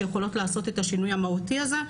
שיכולות לעשות את השינוי המהותי הזה.